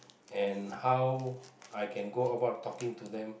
and how I can go about talking to them